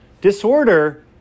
Disorder